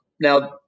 Now